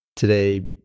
Today